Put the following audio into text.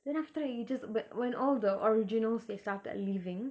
then after that it just like when all the originals they started leaving